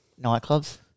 Nightclubs